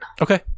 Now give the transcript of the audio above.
Okay